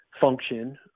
function